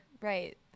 Right